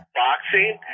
boxing